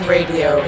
Radio